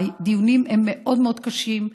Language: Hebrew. הדיונים מאוד מאוד קשים,